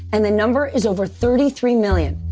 and the number is over thirty three million.